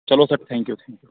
چلو sir thank you thank you